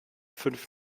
fünf